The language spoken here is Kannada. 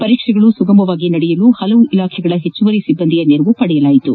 ಪರೀಕ್ಷೆಗಳು ಸುಗಮವಾಗಿ ನಡೆಯಲು ಪಲವು ಇಲಾಖೆಗಳ ಹೆಚ್ಚುವರಿ ಸಿಬ್ಲಂದಿಯ ನೆರವು ಪಡೆಯಲಾಯಿತು